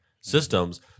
systems